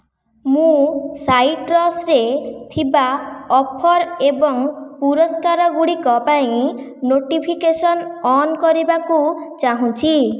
ମୁଁ ସାଇଟ୍ରସ୍ ରେ ଥିବା ଅଫର୍ ଏବଂ ପୁରସ୍କାରଗୁଡ଼ିକ ପାଇଁ ନୋଟିଫିକେସନ୍ ଅନ୍ କରିବାକୁ ଚାହୁଁଛି